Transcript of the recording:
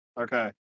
Okay